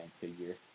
figure